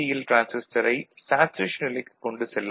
டிரான்சிஸ்டரை சேச்சுரேஷன் நிலைக்குக் கொண்டு செல்லாது